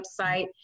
website